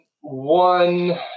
one